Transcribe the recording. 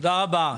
תודה רבה.